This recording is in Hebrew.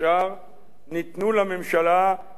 "ניתנו לממשלה 30 יום.